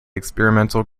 experimental